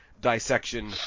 dissection